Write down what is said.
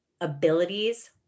abilities